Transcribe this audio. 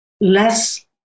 less